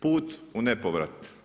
Put u nepovrat.